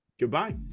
goodbye